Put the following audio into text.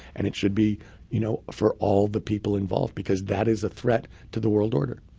and it should be you know for all the people involved, because that is a threat to the world order.